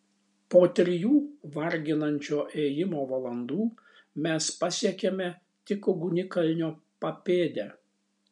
po trijų varginančio ėjimo valandų mes pasiekėme tik ugnikalnio papėdę